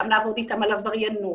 גם לעבוד איתם על עבריינות,